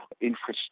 Infrastructure